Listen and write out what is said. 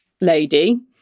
lady